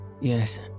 Yes